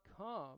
come